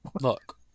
look